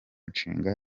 nshinga